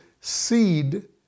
seed